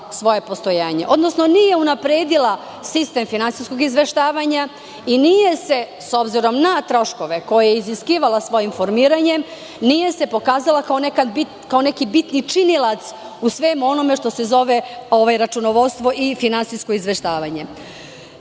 svoje postojanje, odnosno nije unapredila sistem finansijskog izveštavanja i nije se, s obzirom na troškove koje je iziskivala svojim formiranjem, pokazala kao neki bitni činilac u svemu onome što se zove računovodstvo i finansijsko izveštavanja. Zato